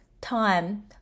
time